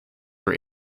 were